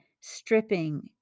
stripping